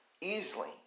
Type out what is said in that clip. Easily